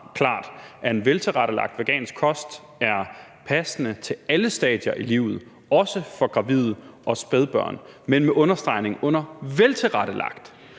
at en veltilrettelagt vegansk kost er passende til alle stadier i livet, også for gravide og spædbørn, men med streg under veltilrettelagt.